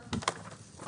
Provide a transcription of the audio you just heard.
הישיבה ננעלה בשעה 11:05.